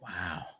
Wow